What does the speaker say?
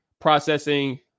processing